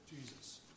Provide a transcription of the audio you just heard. Jesus